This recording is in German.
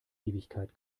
ewigkeit